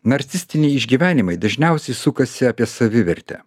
narcistiniai išgyvenimai dažniausiai sukasi apie savivertę